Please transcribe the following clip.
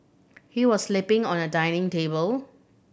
he was sleeping on a dining table